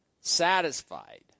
satisfied